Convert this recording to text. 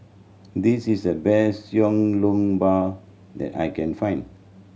this is the best Xiao Long Bao that I can find